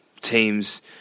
teams